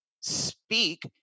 speak